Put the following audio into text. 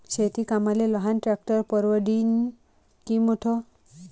शेती कामाले लहान ट्रॅक्टर परवडीनं की मोठं?